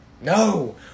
No